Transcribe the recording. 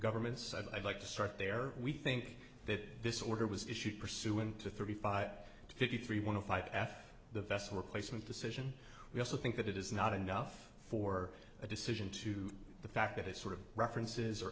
government's side i'd like to start there we think that this order was issued pursuant to thirty five to fifty three one of five after the vessel replacement decision we also think that it is not enough for a decision to the fact that it sort of references or